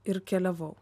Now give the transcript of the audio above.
ir keliavau